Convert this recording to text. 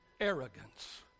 arrogance